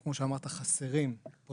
כמו שאמרת, אני חושב שחסרים פרקים